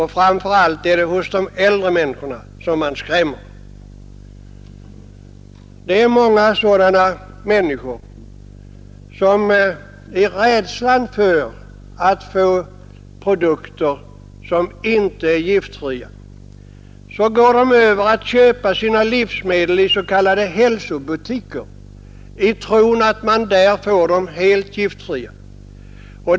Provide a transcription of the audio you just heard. Framför allt är det de äldre som blir uppskrämda. Många människor går i rädslan för att få produkter som inte är giftfria över till att köpa sina livsmedel i s.k. hälsobutiker i tron att man där får helt giftfria produkter.